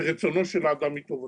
ורצונו של האדם הוא טובתו.